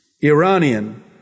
Iranian